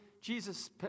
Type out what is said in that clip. Jesus